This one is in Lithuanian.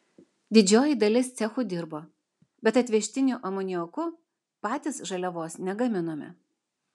didžioji dalis cechų dirbo bet atvežtiniu amoniaku patys žaliavos negaminome